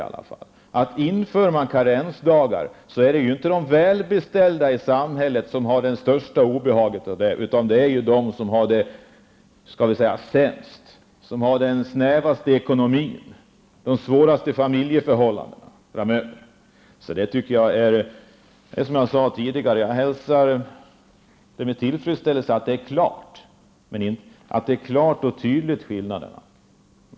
Om karensdagar införs, blir det framöver inte de välbeställda i samhället som får det största obehaget, utan det får de som har det sämst, som så att säga har den snävaste ekonomin och de svåraste familjeförhållandena. Som jag tidigare har sagt hälsar jag med tillfredsställelse att skillnaderna klart och tydligt framgår.